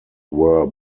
were